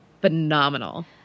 phenomenal